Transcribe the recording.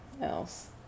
else